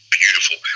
beautiful